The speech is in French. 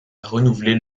renouveler